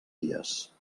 dies